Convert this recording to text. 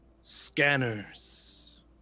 Scanners